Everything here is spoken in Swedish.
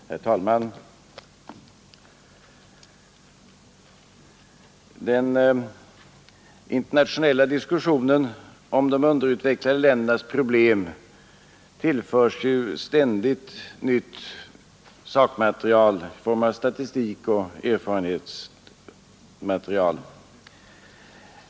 Herr talman! Den internationella diskussionen om de underutvecklade ländernas problem tillförs ständigt nytt sakmaterial i form av statistik och erfarenheter.